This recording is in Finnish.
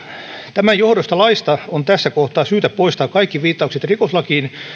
tämän johdosta laista on tässä kohtaa syytä poistaa kaikki viittaukset rikoslakiin